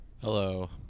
Hello